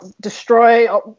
destroy